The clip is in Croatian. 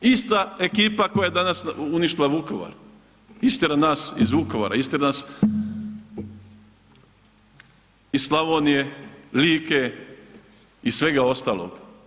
Ista ekipa koja je danas uništila Vukovar, istjera nas iz Vukovara, istjera nas iz Slavonije, Like i svega ostalog.